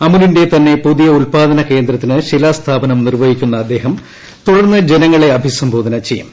അമുലിന്റെ തന്നെ പുതിയ ഉൽപാദന കേന്ദ്രത്തിന് ശിലാസ്ഥാപനം നിർവ്വഹിക്കുന്ന അദ്ദേഹം തുടർന്ന് ജനങ്ങള്ളെ അഭിസംബോധന ചെയ്യും